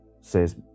says